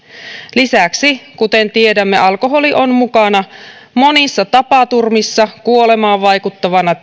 lisäksi kuten tiedämme alkoholi on mukana monissa tapaturmissa kuolemaan vaikuttavana